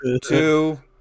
two